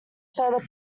further